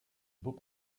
beaux